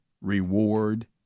reward